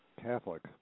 Catholic